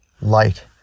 light